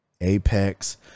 Apex